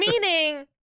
Meaning